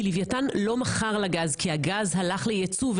לוויתן לא מכר לה גז כי הגז הלך ליצוא,